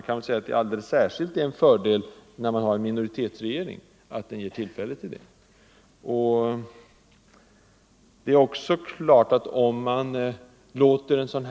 Alldeles särskilt är det en fördel att så kan ske, när man har en minoritetsregering.